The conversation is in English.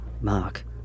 Mark